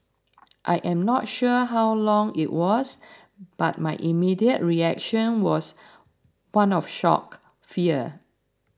I am not sure how long it was but my immediate reaction was one of shock fear